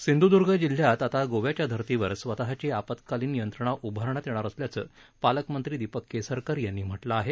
सिंधुदुर्ग जिल्ह्यात आता गोव्याच्या धर्तीवर स्वतःची आपत्कालीन यंत्रणा उभारण्यात येणार असल्याचं पालकमंत्री दीपक केसरकर यांनी म्हटलं आहे